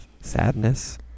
Sadness